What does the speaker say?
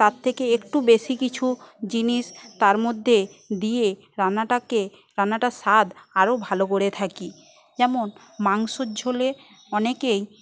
তার থেকে একটু বেশি কিছু জিনিস তার মধ্যে দিয়ে রান্নাটাকে রান্নাটার স্বাদ আরও ভালো করে থাকি যেমন মাংসের ঝোলে অনেকেই